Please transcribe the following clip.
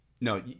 No